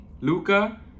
Luca